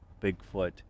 Bigfoot